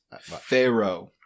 Pharaoh